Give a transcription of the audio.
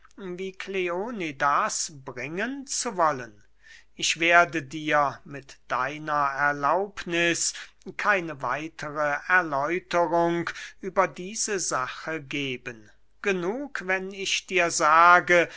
wie kleonidas bringen zu wollen ich werde dir mit deiner erlaubniß keine weitere erläuterung über diese sache geben genug wenn ich dir sage